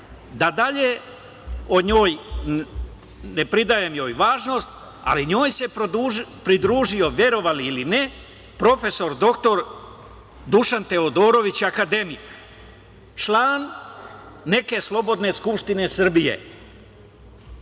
dalje o njoj ne pridajem joj važnost, ali njoj se pridružio, verovali ili ne, prof. dr Dušan Teodorović akademik, član neke slobodne skupštine Srbije.